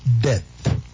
Death